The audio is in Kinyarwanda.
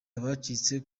abacitse